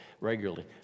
regularly